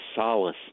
solace